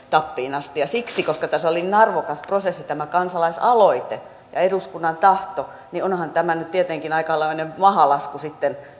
tappiin asti ja onhan tämä hallituksen esitys siksi koska tässä oli niin arvokas prosessi kun oli tämä kansalaisaloite ja eduskunnan tahto nyt tietenkin aikamoinen mahalasku sitten